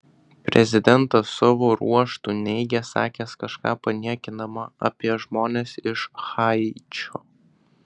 prezidentas savo ruožtu neigė sakęs kažką paniekinama apie žmones iš haičio